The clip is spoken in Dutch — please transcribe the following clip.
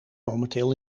momenteel